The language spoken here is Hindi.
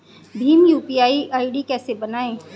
भीम यू.पी.आई आई.डी कैसे बनाएं?